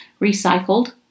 recycled